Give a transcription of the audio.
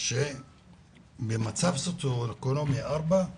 שבמצב סוציו-אקונומי 4,